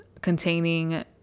containing